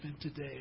today